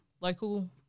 local